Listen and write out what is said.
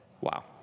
Wow